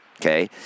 okay